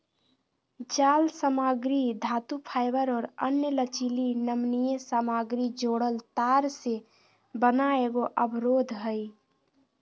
जालसामग्री धातुफाइबर और अन्य लचीली नमनीय सामग्री जोड़ल तार से बना एगो अवरोध हइ